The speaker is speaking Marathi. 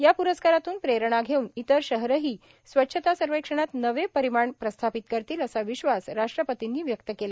या प्रस्कारातून प्रेरणा घेऊन इतर शहरं ही स्वच्छता सर्वेक्षणात नवे परिमाण प्रस्थापित करतील असा विश्वास राष्ट्रपतींनी व्यक्त केला